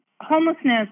homelessness